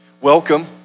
Welcome